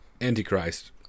Antichrist